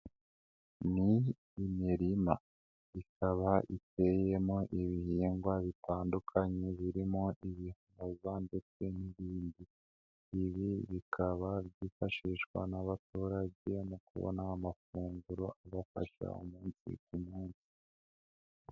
Ni imirima, ikaba iteyemo ibihingwa bitandukanye, birimo ibihaza ndetse n'ibindi, ibi bikaba byifashishwa n'abatorage, mu kubona amafunguro abafasha, umunsi ku munsi.